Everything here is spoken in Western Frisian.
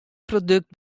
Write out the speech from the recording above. produkt